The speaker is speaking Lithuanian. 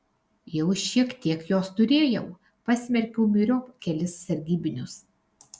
jau šiek tiek jos turėjau pasmerkiau myriop kelis sargybinius